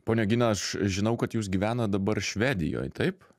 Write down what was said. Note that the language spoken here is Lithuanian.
ponia gina aš žinau kad jūs gyvenat dabar švedijoj taip